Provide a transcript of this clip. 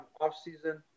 off-season